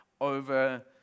over